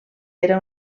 era